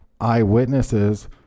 eyewitnesses